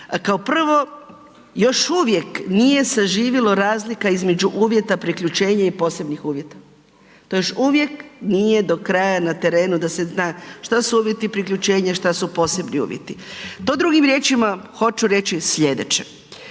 Kao prvo, još uvijek nije zaživilo razlika između uvjeta priključenje i posebnih uvjeta. To još uvijek nije do kraja na terenu, da se zna, što su uvjeti priključeni, što su posebni uvjeti. To drugim riječima hoću reći sljedeće.